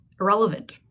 irrelevant